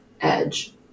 edge